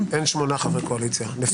מתוך ששת חברי הקואליציה יהיו